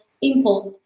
impulse